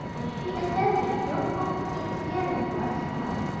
and she and dandy drove home in it together once more.